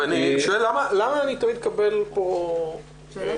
למה אני תמיד מקבל נציג אחר?